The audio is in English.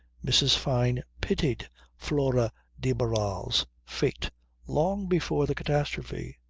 mrs. fyne pitied flora de barral's fate long before the catastrophe.